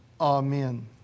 Amen